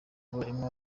harimo